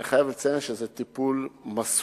ואני חייב לציין שזה טיפול מסור,